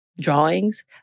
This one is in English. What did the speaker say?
drawings